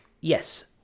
yes